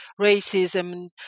racism